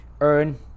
Earn